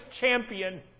champion